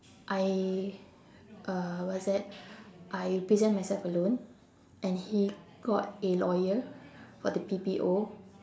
I uh what's that I present myself alone and he got a lawyer for the P_P_O